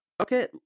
Okay